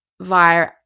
via